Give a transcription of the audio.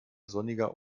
sonniger